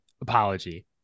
apology